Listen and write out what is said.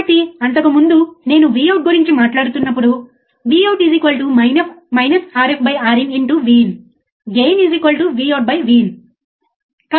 కాబట్టి మిమ్మల్ని గందరగోళానికి గురిచేయకూడదు ఇప్పుడు మీరు చూడవచ్చు ఈ ప్రత్యేకమైన గ్రాఫ్లో నీలం మరియు ఎరుపు సిగ్నల్ ఉంది